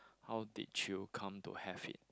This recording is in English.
how did you come to have it